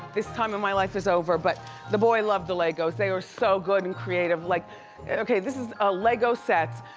this time of my life is over, but the boy loved the legos. they were so good and creative. like okay, this is a lego set.